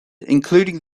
including